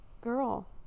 girl